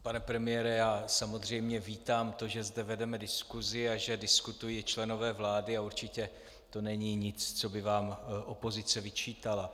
Pane premiére, já samozřejmě vítám to, že zde vedeme diskusi a že diskutují i členové vlády, a určitě to není nic, co by vám opozice vyčítala.